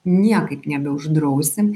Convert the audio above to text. niekaip nebeuždrausim